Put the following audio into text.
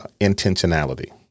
intentionality